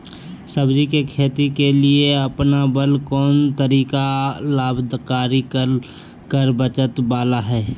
सब्जी के खेती के लिए अपनाबल कोन तरीका लाभकारी कर बचत बाला है?